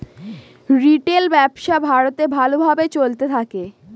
retail ব্যবসা ভারতে ভালো ভাবে চলতে থাকে